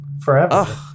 forever